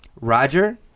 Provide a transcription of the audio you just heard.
roger